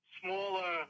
smaller